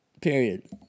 Period